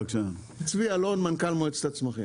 אני צבי אלון, מנכ"ל מועצת הצמחים.